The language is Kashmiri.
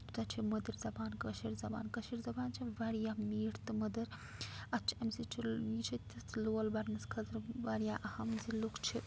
تیٛوتاہ چھِ یہِ مٔدٕر زبان کٲشِر زبان کٲشِر زَبان چھِ واریاہ میٖٹھ تہٕ مٔدٕر اَتھ چھِ اَمہِ سۭتۍ چھُ یہِ چھِ تِژھ لول بھرنَس خٲطرٕ واریاہ اہم زِ لوٗکھ چھِ